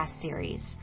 series